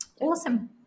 awesome